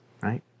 right